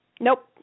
Nope